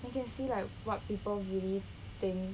you can see like what people really think